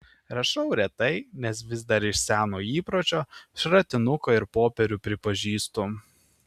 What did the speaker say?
rašau retai nes vis dar iš seno įpročio šratinuką ir popierių pripažįstu